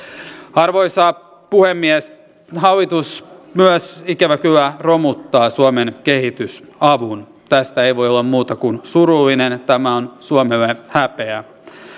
arvoisa puhemies hallitus myös ikävä kyllä romuttaa suomen kehitysavun tästä ei voi olla muuta kuin surullinen tämä on suomelle häpeä